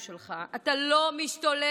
אתה לא משתולל על הכביש,